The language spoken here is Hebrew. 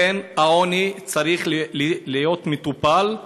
העוני צריך להיות מטופל,